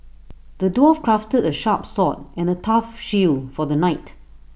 the dwarf crafted A sharp sword and A tough shield for the knight